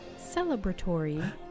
celebratory